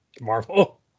Marvel